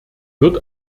wird